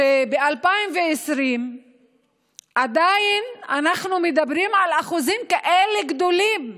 שב-2020 עדיין אנחנו מדברים על אחוזים כאלה גדולים וגבוהים,